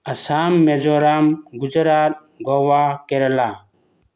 Assam Mizoram Gujarat Goa Kerala